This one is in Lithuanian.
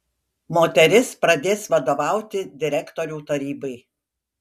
moteris pradės vadovauti direktorių tarybai